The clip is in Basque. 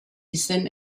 izen